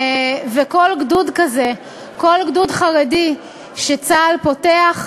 וכל גדוד כזה, כל גדוד חרדי שצה"ל פותח,